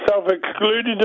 self-excluded